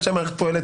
פועלת